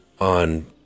on